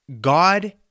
God